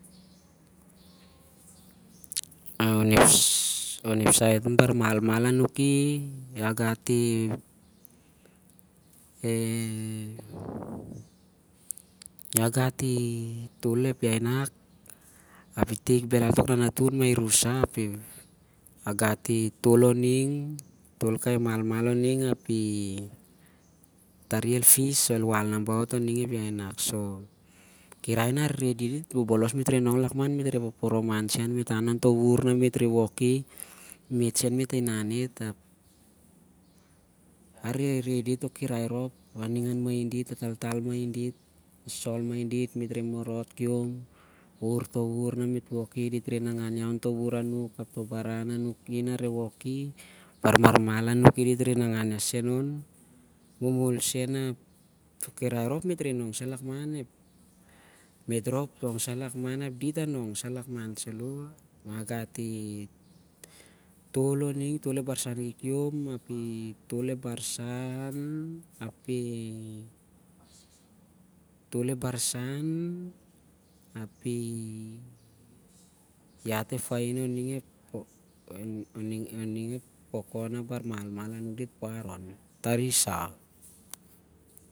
A onep saet on kai malmal a nung ki, ia gat i tol ep iai nak i tik belal tok na natun ma i ru sah, a pagat i tol a ning i tol kai malmal a ning tari el fis o el wal naba ot on ning ep iai naki. Bobolos na mit a nong au lakman mit re re poroman sen mit re re woki mit sen re inau sen on to wur na mit re re woki mit sen re inau it ap a re re dit toh kirai rop a ning main dit a tal tal main dit a sol main dit mit re morot kiom ur to ur na mit re re woki dit re nangau iau on to ur a nuki ap toh barau ap nuki na re woki bar malmal a nuki dit re nangau iau sen on, molmol sen toh kirai rop mit re nonk sen an lakman mit rop ton sahan lakman ap dit ah nong sah au lakman salo ap a gat i tol on ning i tol ep barsau kikiom ap i tol ep barsau ap i tol ep barsau ap i iat ep fain ting in ning ep koko na bar malmal dit puar on.